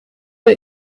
der